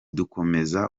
dukomeza